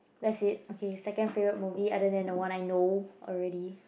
that's it okay second favorite movie I don't even know when I know already